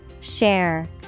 share